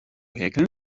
häkeln